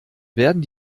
werden